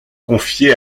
confiée